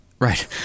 Right